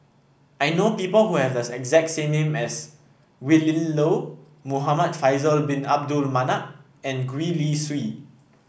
I know people who have the exact same name as Willin Low Muhamad Faisal Bin Abdul Manap and Gwee Li Sui